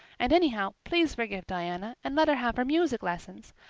and anyhow, please forgive diana and let her have her music lessons.